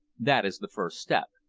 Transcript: that is the first step.